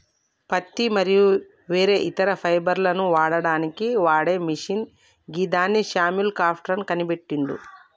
పత్తి మరియు వేరే ఇతర ఫైబర్లను వడకడానికి వాడే మిషిన్ గిదాన్ని శామ్యుల్ క్రాంప్టన్ కనిపెట్టిండు